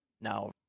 now